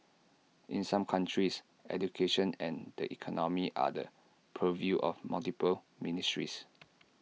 in some countries education and the economy are the purview of multiple ministries